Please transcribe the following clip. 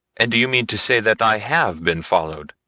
and do you mean to say that i have been followed,